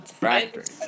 Right